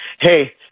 Hey